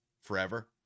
forever